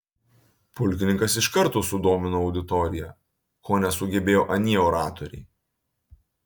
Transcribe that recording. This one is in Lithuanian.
pulkininkas iš karto sudomino auditoriją ko nesugebėjo anie oratoriai